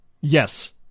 yes